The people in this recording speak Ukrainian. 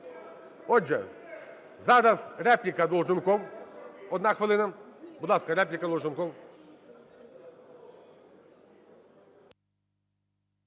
Отже, зараз репліка, Долженков, одна хвилина. Будь ласка, репліка, Долженков.